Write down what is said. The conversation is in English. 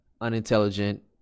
unintelligent